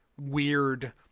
weird